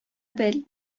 бел